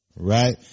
Right